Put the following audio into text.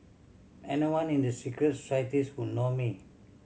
anyone in the secret societies would know me